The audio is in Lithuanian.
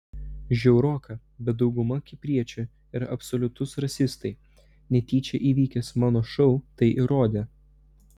žiauroka bet dauguma kipriečių yra absoliutūs rasistai netyčia įvykęs mano šou tai įrodė